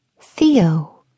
Theo